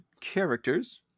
characters